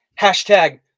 hashtag